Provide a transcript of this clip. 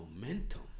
momentum